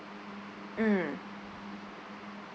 mm